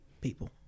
people